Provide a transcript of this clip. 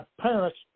parents